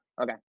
okay